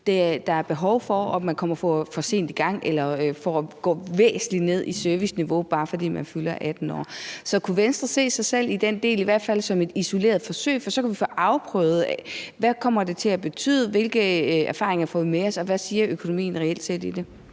der er behov for, og at man kommer for sent i gang, eller at man går væsentlig ned i serviceniveau, bare fordi man fylder 18 år. Så kunne Venstre se sig selv i den del, i hvert fald som et isoleret forsøg? For så kunne vi få afprøvet, hvad det kommer til at betyde, hvilke erfaringer vi får med os, og hvad økonomien i det reelt set